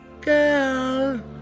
Girl